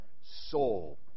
soul